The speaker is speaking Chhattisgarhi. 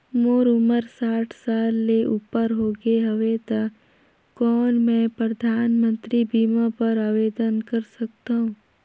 मोर उमर साठ साल ले उपर हो गे हवय त कौन मैं परधानमंतरी बीमा बर आवेदन कर सकथव?